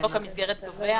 חוק המסגרת גובר,